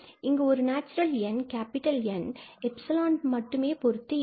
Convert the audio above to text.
இங்கு ஒரு நேச்சுரல் எண் N எப்சிலான் மட்டும் பொருத்து இருக்கும்